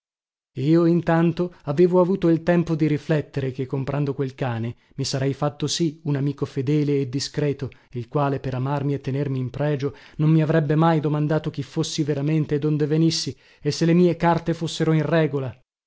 io intanto avevo avuto il tempo di riflettere che comprando quel cane mi sarei fatto sì un amico fedele e discreto il quale per amarmi e tenermi in pregio non mi avrebbe mai domandato chi fossi veramente e donde venissi e se le mie carte fossero in regola